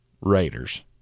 Raiders